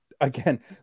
again